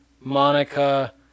Monica